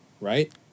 Right